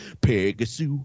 Pegasus